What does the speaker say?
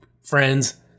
friends